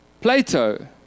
Plato